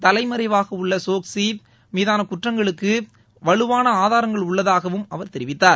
தலைமறைவாக உள்ள சோக்சி மீதான குற்றங்களுக்கு வலுவான ஆதாரங்கள் உள்ளதாகவும் அவர் தெரிவித்தார்